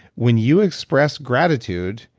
when you express gratitude,